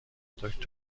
دکتر